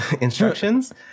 instructions